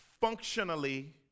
functionally